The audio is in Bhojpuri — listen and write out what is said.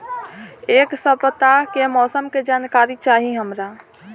एक सपताह के मौसम के जनाकरी चाही हमरा